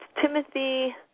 timothy